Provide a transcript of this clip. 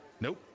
Nope